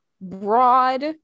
broad